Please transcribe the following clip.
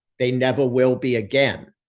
they never will be again.